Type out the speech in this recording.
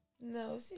No